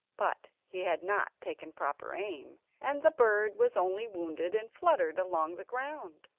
but he had not taken proper aim, and the bird was only wounded, and fluttered along the ground.